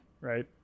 right